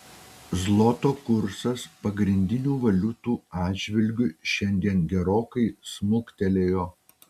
zloto kursas pagrindinių valiutų atžvilgiu šiandien gerokai smuktelėjo